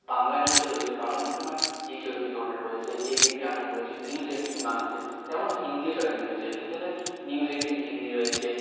বাংলা নিউজও রয়েছে বাংলা নিউজ আমরা জি চব্বিশ ঘন্টা রয়েছে এবিপি আনন্দ রয়েছে নিউজ এইট্টিন বাংলা রয়েছে তেমন হিন্দিও চ্যানেল রয়েছে Hindi channel news eighteen Hindi রয়েছে